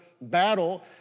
battle